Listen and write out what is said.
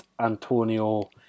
Antonio